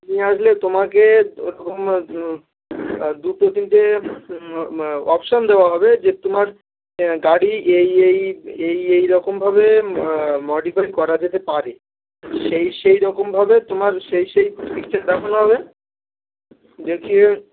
নিয়ে আসলে তোমাকে ওরকম দু দুটো তিনটে অপশন দেওয়া হবে যে তোমার গাড়ি এই এই এই এই রকমভাবে মডিফাই করা যেতে পারে সেই সেই রকমভাবে তোমার সেই সেই পিকচার দেখানো হবে দেখিয়ে